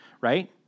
right